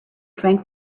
drank